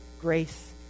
grace